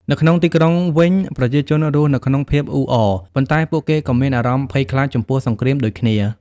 នៅក្នុងទីក្រុងវិញ ប្រជាជនរស់នៅក្នុងភាពអ៊ូអរ ប៉ុន្តែពួកគេក៏មានអារម្មណ៍ភ័យខ្លាចចំពោះសង្គ្រាមដូចគ្នា។